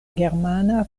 germana